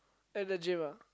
at the gym ah